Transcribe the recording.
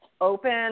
open